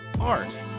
art